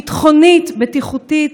ביטחונית, בטיחותית,